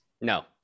No